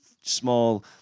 small